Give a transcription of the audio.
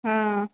हँ